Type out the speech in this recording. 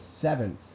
seventh